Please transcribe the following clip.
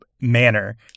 manner